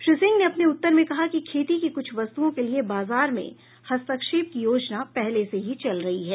श्री सिंह ने अपने उत्तर में कहा कि खेती की कुछ वस्तुओं के लिए बाजार में हस्तक्षेप की योजना पहले से ही चल रही है